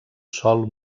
sòl